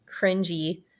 cringy